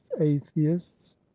atheists